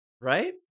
Right